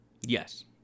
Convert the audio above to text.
Yes